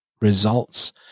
results